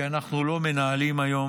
כי אנחנו לא מנהלים היום